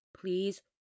please